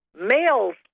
males